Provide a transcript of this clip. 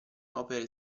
opere